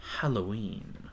Halloween